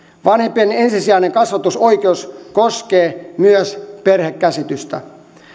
vanhempien ensisijainen kasvatusoikeus koskee myös perhekäsitystä